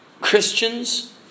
Christians